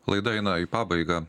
laida eina į pabaigą